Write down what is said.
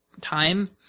time